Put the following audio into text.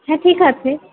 হ্যাঁ ঠিক আছে